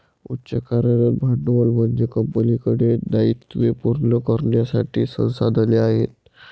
उच्च कार्यरत भांडवल म्हणजे कंपनीकडे दायित्वे पूर्ण करण्यासाठी संसाधने आहेत